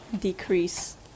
Decrease